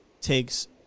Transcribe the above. takes